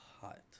hot